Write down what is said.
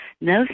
no